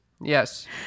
Yes